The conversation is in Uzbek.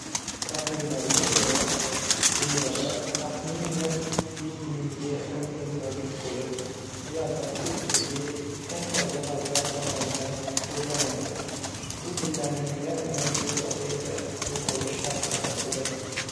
Taxminlarga ko'ra, dunyoda taxminan yetti mingga yaqin til mavjud bo‘lib, ulardan ko‘pchiligi kam sonli xalqlar tomonidan so‘zlanadi. Bu tillarning yarmidan ko‘prog‘i esa yo‘qolish xavfi ostida.